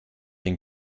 den